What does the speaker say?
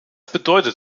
bedeutet